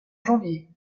janvier